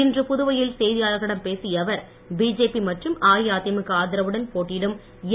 இன்று புதுவையில் செய்தியாளர்களிடம் பேசிய அவர் பிஜேபி மற்றும் அஇஅதிமுக ஆதரவுடன் போட்டியிடும் என்